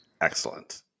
Excellent